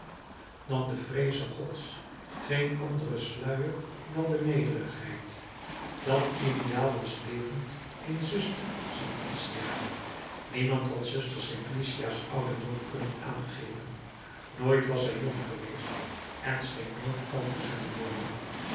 dan de vreeze gods geen anderen sluier dan de nederigheid dat ideaal was levend in zuster simplicia niemand had zuster simplicia's ouderdom kunnen aangeven nooit was zij jong geweest en scheen nooit oud te zullen worden